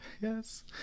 yes